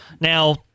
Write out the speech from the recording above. now